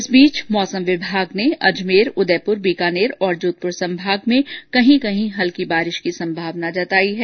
इस बीच मौसम विभाग ने अजमेर उदयपुर बीकानेर और जोधपुर संभाग में कही कहीं हल्की बारिश की संभावना जताई है